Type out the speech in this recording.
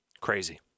Crazy